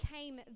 came